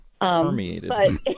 Permeated